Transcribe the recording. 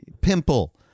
pimple